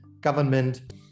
government